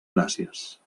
gràcies